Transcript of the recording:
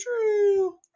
true